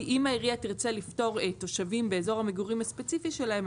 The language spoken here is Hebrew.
אם העירייה תרצה לפטור תושבים באזור המגורים הספציפי שלהם,